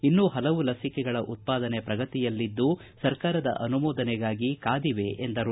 ಇನ್ನೂ ಹಲವು ಲಸಿಕೆಗಳ ಉತ್ಪಾದನೆ ಪ್ರಗತಿಯಲ್ಲಿದ್ದು ಸರ್ಕಾರದ ಅನುಮೋದನೆಗಾಗಿ ಕಾದಿವೆ ಎಂದರು